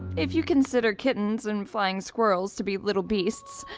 if you consider kittens and flying squirrels to be little beasts.